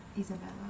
Isabella